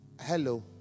Hello